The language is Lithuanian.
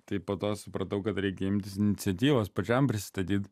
tai po to supratau kad reikia imtis iniciatyvos pačiam prisistatyti